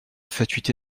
fatuité